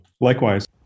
likewise